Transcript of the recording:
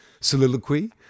soliloquy